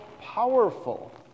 powerful